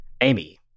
Amy